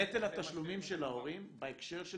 נטל התשלומים של ההורים בהקשר של